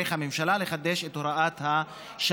לא תצטרך הממשלה לחדש את הוראת השעה,